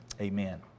amen